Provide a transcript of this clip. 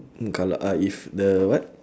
mm kalau uh if the what